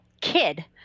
kid